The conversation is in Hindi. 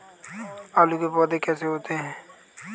आलू के पौधे कैसे होते हैं?